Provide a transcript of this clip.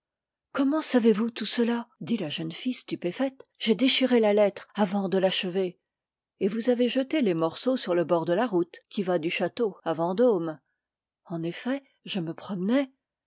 comment savez-vous tout cela dit la jeune fille stupéfaite j'ai déchiré la lettre avant de l'achever et vous avez jeté les morceaux sur le bord de la route qui va du château à vendôme en effet je me promenais